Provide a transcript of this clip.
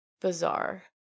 bizarre